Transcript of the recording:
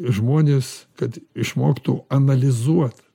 žmonės kad išmoktų analizuot